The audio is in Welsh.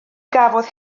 gafodd